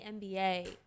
NBA